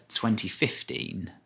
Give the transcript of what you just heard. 2015